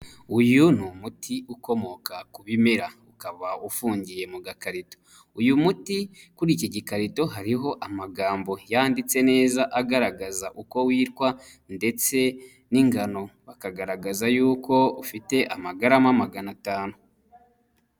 Uyu ni umuti ukomoka ku bimera. Ukaba ufungiye mu gakarito. Uyu muti kuri iki gikarito hariho amagambo yanditse neza agaragaza uko witwa ndetse n'ingano. Bakagaragaza y'uko ufite amagarama magana atanu.